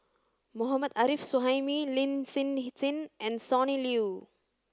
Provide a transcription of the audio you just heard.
Mohammad Arif Suhaimi Lin Hsin Hsin and Sonny Liew